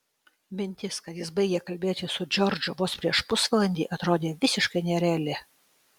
mintis kad jis baigė kalbėti su džordžu vos prieš pusvalandį atrodė visiškai nereali